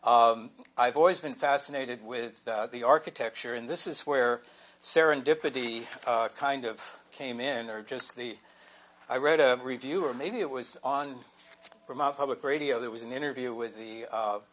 i've always been fascinated with the architecture and this is where serendipity kind of came in there just the i read a review or maybe it was on from our public radio there was an interview with the